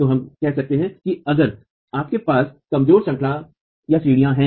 तो हम कहते हैं कि आपके पास कमजोर श्रंखलाएँश्रेणियाँ हैं